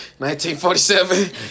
1947